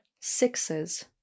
sixes